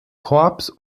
korps